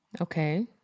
okay